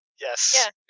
Yes